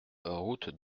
route